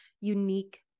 unique